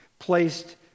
placed